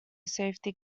safety